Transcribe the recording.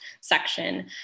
section